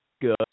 good